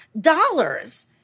dollars